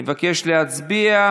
אני מבקש להצביע.